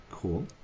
Cool